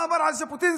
מה אמר על ז'בוטינסקי,